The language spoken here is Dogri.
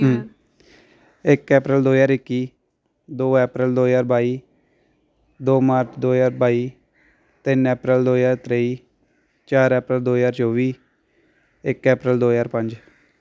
इक अप्रैल दो ज्हार इक्की दो अप्रैल दो ज्हार बाई दो मार्च दौ ज्हार बाई तिन्न अप्रैल दो ज्हार त्रेई चार अप्रैल दो ज्हार चौबी इक अप्रैल दो ज्हार पंज